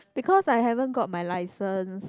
because I haven't got my license